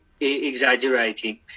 exaggerating